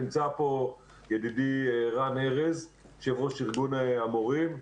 נמצא פה ידידי רן ארז, יושב-ראש ארגון המורים,